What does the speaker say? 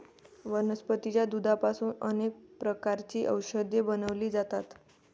वनस्पतीच्या दुधापासून अनेक प्रकारची औषधे बनवली जातात